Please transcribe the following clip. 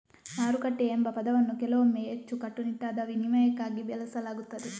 ಮಾರುಕಟ್ಟೆ ಎಂಬ ಪದವನ್ನು ಕೆಲವೊಮ್ಮೆ ಹೆಚ್ಚು ಕಟ್ಟುನಿಟ್ಟಾದ ವಿನಿಮಯಕ್ಕಾಗಿ ಬಳಸಲಾಗುತ್ತದೆ